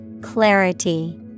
Clarity